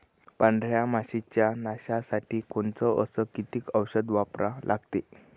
पांढऱ्या माशी च्या नाशा साठी कोनचं अस किती औषध वापरा लागते?